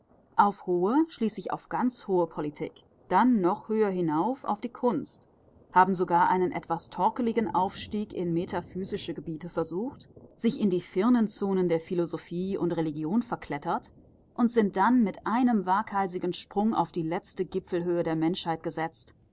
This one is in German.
auf hohe schließlich auf ganz hohe politik dann noch höher hinauf auf die kunst haben sogar einen etwas torkeligen aufstieg in metaphysische gebiete versucht sich in die firnenzonen der philosophie und religion verklettert und sind dann mit einem waghalsigen sprung auf die letzte gipfelhöhe der menschheit gesetzt